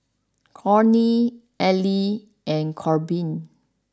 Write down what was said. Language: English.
Cornie Ellery and Korbin